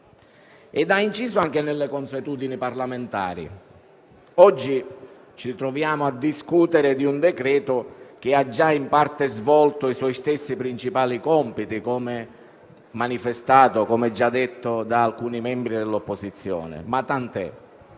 ha inciso anche nelle consuetudini parlamentari, tanto che oggi ci troviamo a discutere di un decreto-legge che ha già in parte svolto i suoi principali compiti, come hanno già detto alcuni membri dell'opposizione, ma tant'è.